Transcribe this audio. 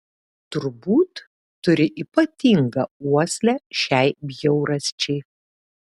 turbūt turi ypatingą uoslę šiai bjaurasčiai